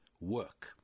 work